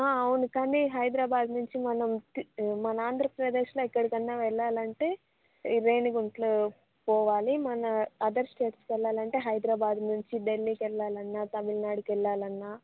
అవును కానీ హైదరాబాద్ నుంచి మనం మన ఆంధ్రప్రదేశ్లో ఎక్కడికన్నా వెళ్ళాలంటే రేణిగుంటలో పోవాలి మన అదర్ స్టేట్స్కి వెళ్ళాలంటే మన హైదరాబాద్ నుంచి ఢిల్లీకి వెళ్ళాలన్నా తమిళనాడుకి వెళ్ళాలన్నా